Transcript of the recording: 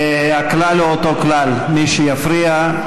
והכלל הוא אותו כלל: מי שיפריע,